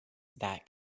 that